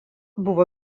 buvo